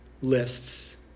lists